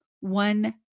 one